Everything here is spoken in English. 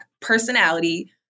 personality